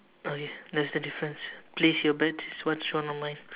oh ya that's the difference place your bet is what's shown on mine